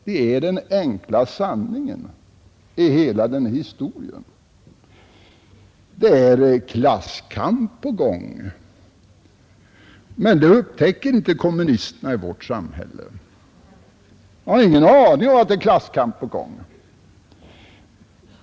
Det är den enkla sanningen i hela denna historia. Klasskamp är på gång, men det upptäcker inte kommunisterna i vårt samhälle. De har ingen aning om att klasskamp är på gång.